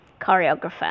choreographer